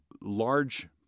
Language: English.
large